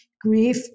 grief